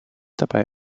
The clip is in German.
dabei